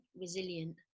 resilient